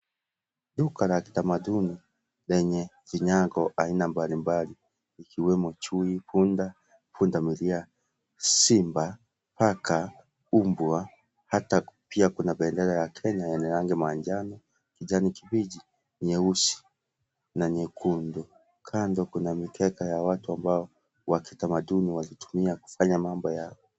Duka la kitamanduni lenye kinyago aina mbali mbali ikiwemo chui, punda, pundamilia, simba, paka , mbwa hata pia kuna bendera ya Kenya yenye rangi ya manjano, kijani kibichi, nyeusi, na nyekundu. Kando Kuna mikeka ya watu ambao wa kitamanduni walitumia kufanya mambo.